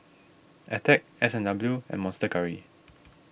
Attack S and W and Monster Curry